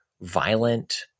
violent